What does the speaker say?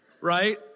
right